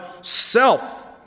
self